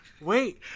Wait